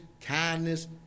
kindness